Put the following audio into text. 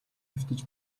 хэвтэж